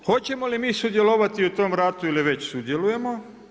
Hoćemo li mi sudjelovati u tom ratu ili već sudjelujemo?